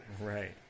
Right